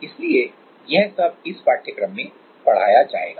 इसलिएयह सब इस पाठ्यक्रम में पढ़ाया जाएगा